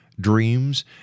dreams